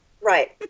right